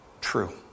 true